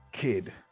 kid